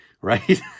right